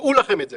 דעו לכם את זה,